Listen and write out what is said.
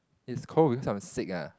it's cold that because I'm sick ah